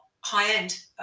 high-end